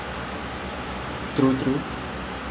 that changes the game